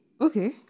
Okay